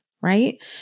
right